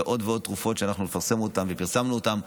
ועוד ועוד תרופות שאנחנו נפרסם אותן ופרסמנו אותן: